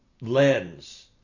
lens